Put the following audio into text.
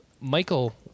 Michael